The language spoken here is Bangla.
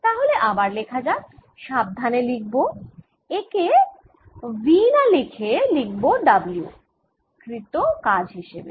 তাহলে আবার লেখা যাক সাবধানে লিখব একে V না লিখে লিখব W কৃৎ কাজ হিসেবে